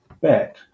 bet